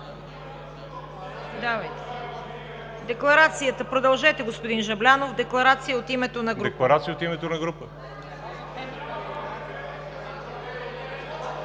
Продължете, господин Жаблянов, декларация от името на група.